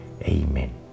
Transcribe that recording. Amen